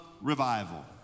revival